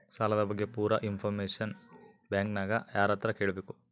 ಸಾಲದ ಬಗ್ಗೆ ಪೂರ ಇಂಫಾರ್ಮೇಷನ ಬ್ಯಾಂಕಿನ್ಯಾಗ ಯಾರತ್ರ ಕೇಳಬೇಕು?